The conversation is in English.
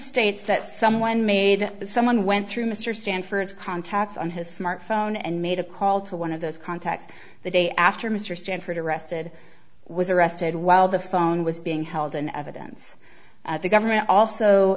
states that someone made someone went through mr stanford's contacts on his smartphone and made a call to one of those contacts the day after mr stanford arrested was arrested while the phone was being held in evidence the government also